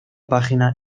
página